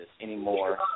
anymore